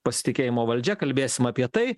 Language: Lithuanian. pasitikėjimo valdžia kalbėsim apie tai